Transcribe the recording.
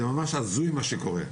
זה ממש הזוי מה שקורה,